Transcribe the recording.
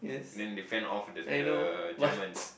then they fend off the the Germans